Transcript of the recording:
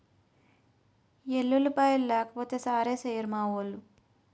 ఎల్లుల్లిపాయలు లేకపోతే సారేసెయ్యిరు మావోలు